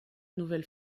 nouvelle